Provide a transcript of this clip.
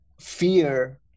fear